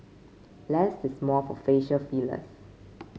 less is more for facial fillers